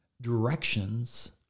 directions